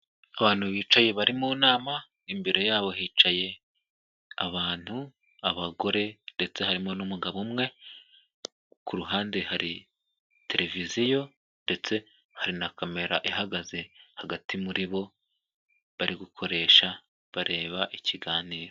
Abantu bicaye bari mu nama, imbere yabo hicaye abantu, abagore ndetse harimo n'umugabo umwe; ku ruhande hari televiziyo ndetse hari na kamera ihagaze hagati muri bo bari gukoresha bareba ikiganiro.